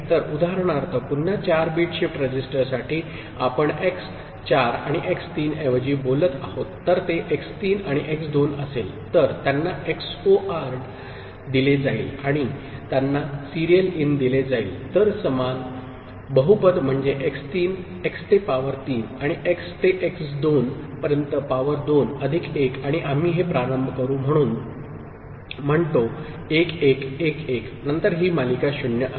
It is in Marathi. तर उदाहरणार्थ पुन्हा 4 बिट शिफ्ट रजिस्टरसाठी आपण x 4 आणि x 3 ऐवजी बोलत आहोत जर ते x 3 आणि x 2 असेल तर त्यांना XORed दिले जाईल आणि त्यांना सिरियल इन दिले जाईल तर समान बहुपद म्हणजे x3 x ते पॉवर 3 आणि x ते x 2 पर्यंत पॉवर 2 अधिक 1 आणि आम्ही हे प्रारंभ करून म्हणतो 1 1 1 1 नंतर ही मालिका 0 आहे